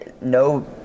no